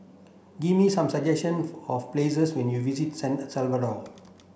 give me some suggestion of places when you visit San Salvador